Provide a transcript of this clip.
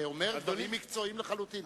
שאומר דברים מקצועיים לחלוטין.